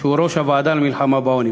שהוא ראש הוועדה למלחמה בעוני.